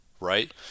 Right